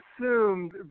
assumed